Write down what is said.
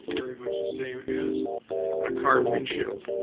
very much the same as a car windshield.